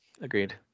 agreed